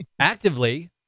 actively